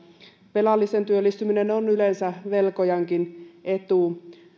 velallisen työllistyminen on yleensä velkojankin etu